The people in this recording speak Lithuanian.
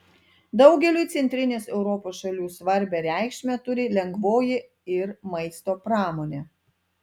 daugeliui centrinės europos šalių svarbią reikšmę turi lengvoji ir maisto pramonė